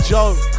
Joe